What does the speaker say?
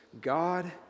God